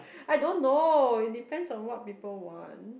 I don't know it depends on what people want